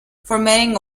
formatting